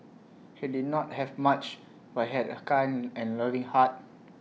he did not have much but he had A kind and loving heart